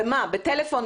בטלפון?